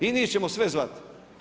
I njih ćemo sve zvati.